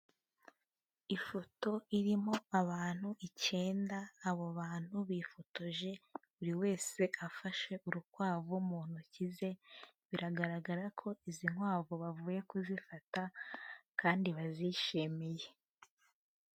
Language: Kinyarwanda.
Ifoto irimo abantu icyenda, abo bantu bifotoje buri wese afashe urukwavu mu ntoki ze, biragaragara ko izi nkwavu bavuye kuzifata kandi bazishimiye.